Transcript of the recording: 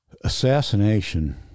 assassination